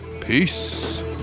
Peace